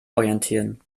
orientieren